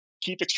keep